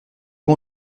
bon